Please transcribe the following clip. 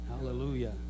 Hallelujah